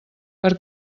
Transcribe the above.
per